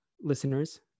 listeners